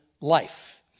life